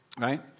Right